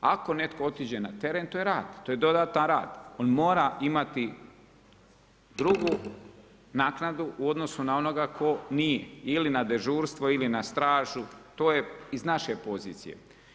Ako netko otiđe na teren to je rad, to je dodatan rad, on mora imati drugu naknadu u odnosu na onoga tko nije ili na dežurstvo ili na stražu, to je iz naše pozicije.